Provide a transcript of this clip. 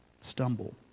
stumble